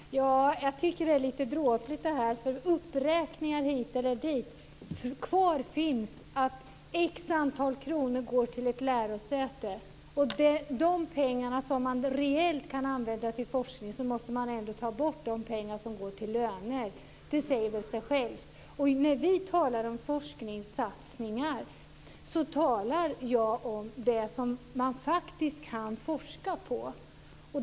Herr talman! Jag tycker att det är lite dråpligt med uppräkningar hit eller dit. Kvar finns att ett visst antal kronor går till ett lärosäte. Från de pengar som man reellt kan använda till forskning måste man ändå ta bort de pengar som går till löner. Det säger väl sig självt. När vi talar om forskningssatsningar talar jag om det man faktiskt kan forska på.